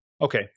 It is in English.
Okay